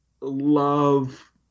love